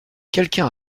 quelqu’un